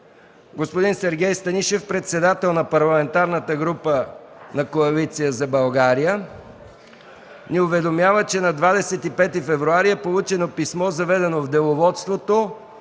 господин Сергей Станишев – председател на Парламентарната група на Коалиция за България, ни уведомява, че на 25 февруари е получено писмо, заведено в Деловодството,